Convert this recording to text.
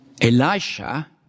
Elisha